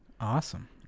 Awesome